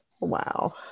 Wow